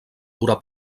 durar